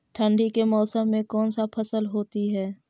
ठंडी के मौसम में कौन सा फसल होती है?